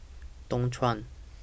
Dualtron